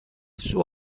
suo